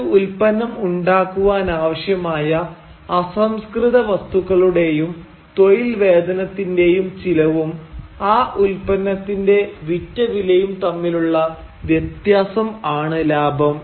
ഒരു ഉത്പന്നം ഉണ്ടാക്കുവാനാവശ്യമായ അസംസ്കൃതവസ്തുക്കളുടെയും തൊഴിൽ വേതനത്തിന്റെയും ചിലവും ആ ഉത്പന്നതിന്റെ വിറ്റ വിലയും തമ്മിലുള്ള വ്യത്യാസം ആണ് ലാഭം